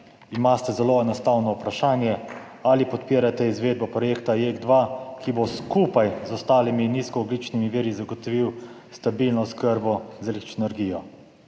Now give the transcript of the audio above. imate zelo enostavno vprašanje: ali podpirate izvedbo projekta JEK2, ki bo skupaj z ostalimi nizkoogljičnimi viri zagotovil stabilno oskrbo z električno energijo.